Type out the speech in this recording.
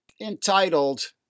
entitled